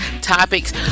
topics